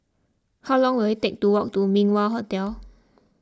how long will it take to walk to Min Wah Hotel